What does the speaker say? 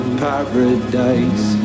paradise